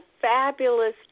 fabulous